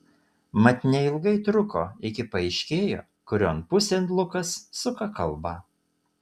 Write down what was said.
mat neilgai truko iki paaiškėjo kurion pusėn lukas suka kalbą